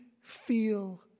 feel